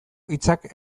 hitzak